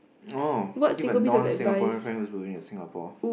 oh give a non Singaporean friend who is going to Singapore